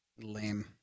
Lame